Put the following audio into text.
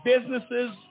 businesses